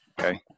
Okay